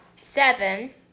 seven